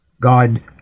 God